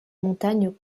montagnes